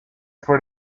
for